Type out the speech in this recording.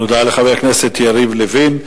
תודה לחבר הכנסת יריב לוין.